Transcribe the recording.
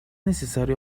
necesario